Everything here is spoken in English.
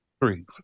Three